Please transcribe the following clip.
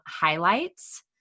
highlights